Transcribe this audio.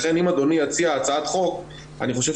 לכן אם אדוני יציע הצעת חוק אני חושב